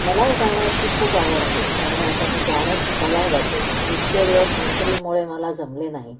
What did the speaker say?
मला गाण्याची खूप आवड आहे त्यामुळे आता मी गाणे शिकायला जाते इतके दिवस नोकरीमुळे मला जमले नाही